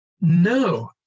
no